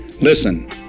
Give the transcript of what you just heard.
Listen